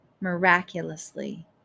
miraculously